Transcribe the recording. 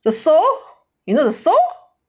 the sole you know the sole